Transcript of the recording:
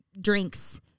drinks